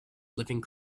living